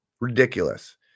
Ridiculous